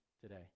today